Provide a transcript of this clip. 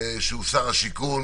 שהוא שר השיכון